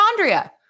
mitochondria